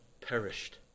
perished